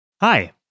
Hi